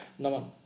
Naman